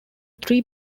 three